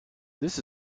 this